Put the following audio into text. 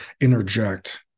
interject